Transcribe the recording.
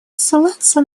ссылаться